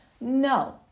No